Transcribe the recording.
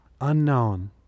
unknown